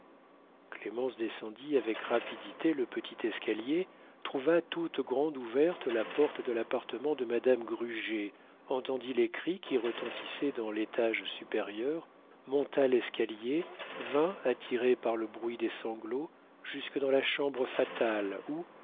clémence descendit avec rapidité le petit escalier trouva toute grande ouverte la porte de l'appartement de madame gruget entendit les cris qui retentissaient dans l'étage supérieur monta l'escalier vint attirée par le bruit des sanglots jusque dans la chambre fatale où